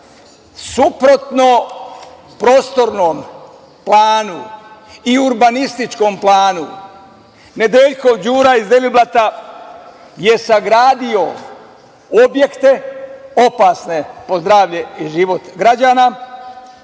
suprotno prostornom planu i urbanističkom planu, Nedeljkov Đura iz Deliblata je sagradio objekte opasne po zdravlje i život građana.